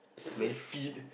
smelly feet